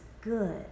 good